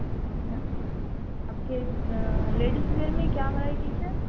یا آپ کے لیڈیس ویر میں کیا ورائٹیز ہے